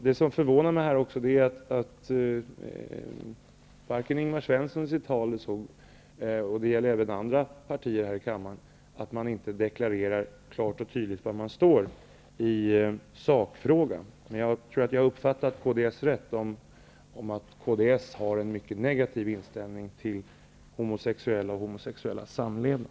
Det förvånar mig att varken Ingvar Svensson för Kds eller andra partier här i riksdagen klart och tydligt deklarerar var de står i sakfrågan. Men jag tror att jag har uppfattat Kds rätt: Kds har en mycket negativ inställning till homosexuella och homosexuell samlevnad.